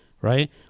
right